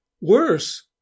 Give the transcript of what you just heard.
Worse